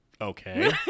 okay